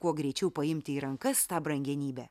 kuo greičiau paimti į rankas tą brangenybę